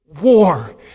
war